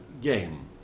game